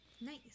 Nice